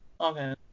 Okay